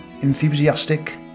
enthusiastic